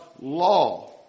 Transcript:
law